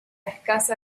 escasa